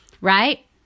right